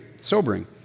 sobering